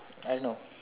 I know